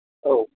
औ